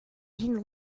been